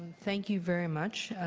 thank you very much.